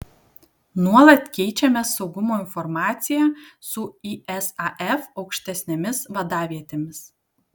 nuolat keičiamės saugumo informacija su isaf aukštesnėmis vadavietėmis